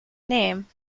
name